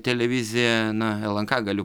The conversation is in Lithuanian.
televizija lnk galiu